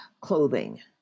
clothing